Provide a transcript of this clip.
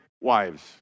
wives